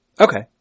Okay